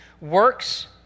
Works